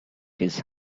his